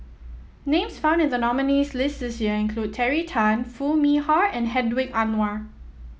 names found in the nominees' list this year include Terry Tan Foo Mee Har and Hedwig Anuar